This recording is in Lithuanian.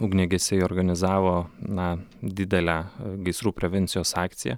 ugniagesiai organizavo na didelę gaisrų prevencijos akciją